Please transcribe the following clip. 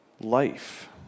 life